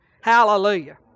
Hallelujah